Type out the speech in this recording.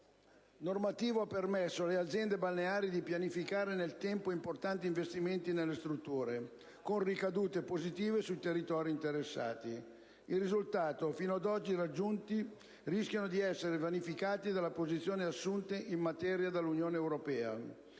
normativo ha permesso alle aziende balneari di pianificare nel tempo importanti investimenti nelle strutture, con ricadute positive sui territori interessati. I risultati fino ad oggi raggiunti rischiano di essere vanificati dalle posizioni assunte in materia dall'Unione europea.